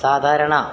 സാധാരണ